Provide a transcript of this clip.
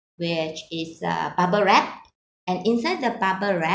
which is uh bubble wrapped and inside the bubble wra~